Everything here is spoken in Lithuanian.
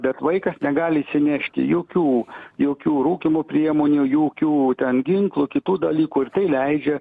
bet vaikas negali įsinešti jokių jokių rūkymo priemonių jokių ten ginklų kitų dalykų ir tai leidžia